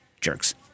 Jerks